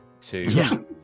Two